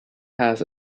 has